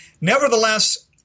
Nevertheless